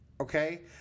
Okay